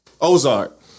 Ozark